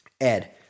Ed